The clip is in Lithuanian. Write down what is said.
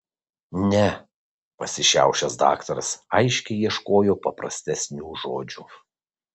ne pasišiaušęs daktaras aiškiai ieškojo paprastesnių žodžių